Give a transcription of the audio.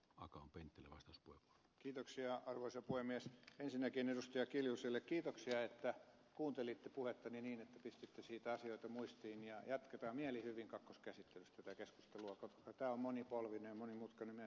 akaan penttilä vastus kuin kiitoksia arvoisa puhemies ensinnäkin anneli kiljuselle kiitoksia että kuuntelitte puhettani niin että pistitte siitä asioita muistiin ja jatketaan mielihyvin kakkoskäsittelyssä tätä keskustelua koska tämä on monipolvinen ja monimutkainen me tiedämme sen toisistammekin